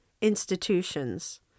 institutions